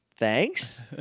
thanks